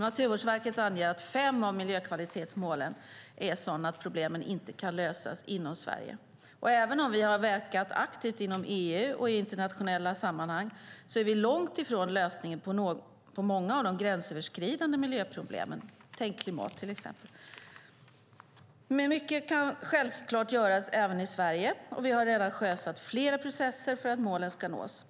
Naturvårdsverket anger att för fem av miljökvalitetsmålen är problemen sådana att de inte kan lösas i Sverige. Även om Sverige länge verkat aktivt inom EU och i internationella sammanhang är vi långt ifrån lösningen på många av de gränsöverskridande miljöproblemen - tänk klimat, till exempel. Men mycket kan självklart göras även i Sverige, och vi har redan sjösatt flera processer för att målen ska nås.